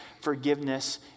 forgiveness